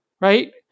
right